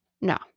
No